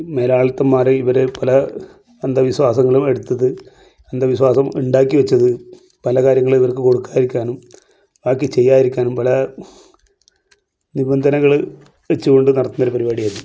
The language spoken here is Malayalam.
മേലാളിത്തന്മാരെ ഇവരെപ്പോലെ അന്ധവിശ്വാസങ്ങളും എടുത്തത് അന്ധവിശ്വാസം ഉണ്ടാക്കി വെച്ചത് പല കാര്യങ്ങളും ഇവർക്ക് കൊടുക്കാതിരിക്കാനും ബാക്കി ചെയ്യാതിരിക്കാനും പല നിബന്ധനകൾ വെച്ചുകൊണ്ട് നടത്തുന്നൊരു പരിപാടിയാ ഇത്